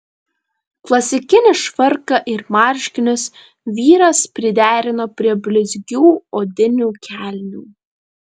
klasikinį švarką ir marškinius vyras priderino prie blizgių odinių kelnių